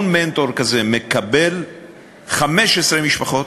כל מנטור כזה מקבל 15 משפחות